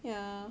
yeah